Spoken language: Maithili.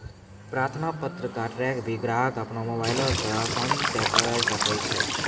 प्रार्थना पत्र क ट्रैक भी ग्राहक अपनो मोबाइल स आसानी स करअ सकै छै